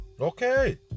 Okay